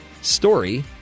story